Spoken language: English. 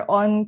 on